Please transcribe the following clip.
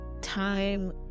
time